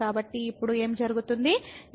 కాబట్టి ఇప్పుడు ఏమి జరుగుతుంది ఎందుకంటే x my2